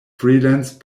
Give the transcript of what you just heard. freelance